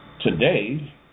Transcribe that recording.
today